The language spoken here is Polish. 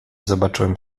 zobaczyłem